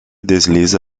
desliza